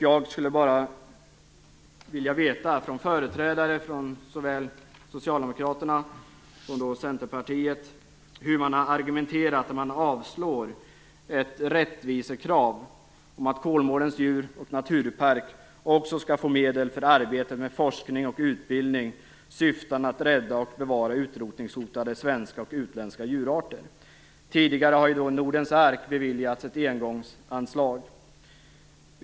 Jag skulle därför vilja ha ett besked från företrädarna för såväl Socialdemokraterna som Centerpartiet om hur man argumenterat när man avstyrker ett rättvisekrav om att Kolmårdens djur och naturpark också skall få medel för arbete med forskning och utbildning syftande till att rädda och bevara utrotningshotade svenska och utländska djurarter. Tidigare har ju Nordens Ark beviljats ett engångsanslag.